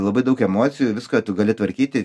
labai daug emocijų viską tu gali tvarkyti